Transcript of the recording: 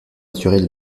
naturelles